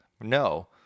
no